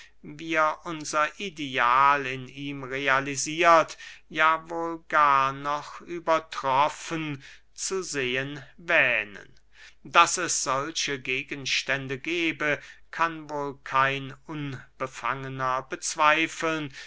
wir unser ideal in ihm realisiert ja wohl gar noch übertroffen zu sehen wähnen daß es solche gegenstände gebe kann wohl kein unbefangener bezweifeln